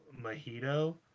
Mojito